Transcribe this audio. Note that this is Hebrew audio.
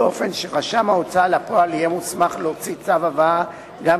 באופן שרשם ההוצאה לפועל יהיה מוסמך להוציא צו הבאה גם